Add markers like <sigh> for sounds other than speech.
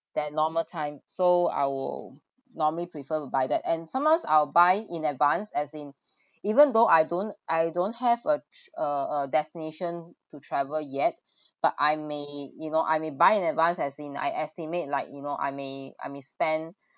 than normal time so I will normally prefer to buy that and sometimes I'll buy in advance as in even though I don't I don't have a <noise> a a destination to travel yet but I may you know I may buy in advanced as in I estimate like you know I may I may spend